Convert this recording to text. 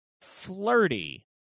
flirty